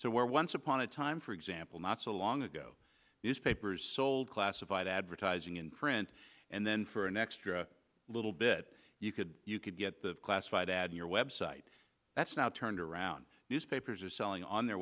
so where once upon a time for example not so long ago newspapers sold classified advertising in print and then for an extra little bit you could you could get the classified ad on your website that's now turned around newspapers are selling on their